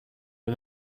was